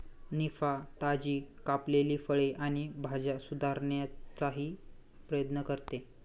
निफा, ताजी कापलेली फळे आणि भाज्या सुधारण्याचाही प्रयत्न करते